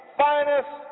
finest